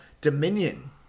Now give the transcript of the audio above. Dominion